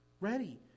Ready